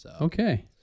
Okay